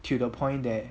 to the point that